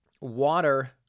water